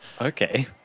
Okay